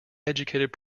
educated